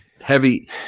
heavy